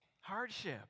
hardship